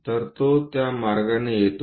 तर तो त्या मार्गाने येतो